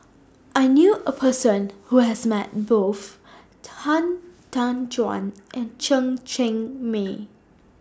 I knew A Person Who has Met Both Han Tan Juan and Chen Cheng Mei